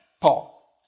Paul